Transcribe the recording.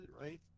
right